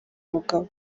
mugabo